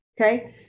okay